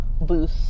booth